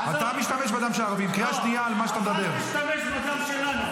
אתם ממשלה של פושעים.